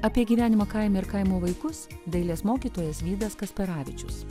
apie gyvenimą kaime ir kaimo vaikus dailės mokytojas vydas kasperavičius